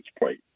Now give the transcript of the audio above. plate